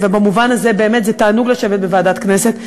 ובמובן הזה באמת זה תענוג לשבת בוועדת הכנסת,